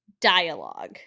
dialogue